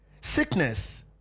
sickness